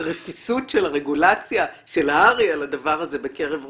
הרפיסות של הרגולציה של הר"י על הדבר הזה בקרב רופאיה.